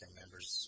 members